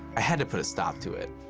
i had to put a stop to it.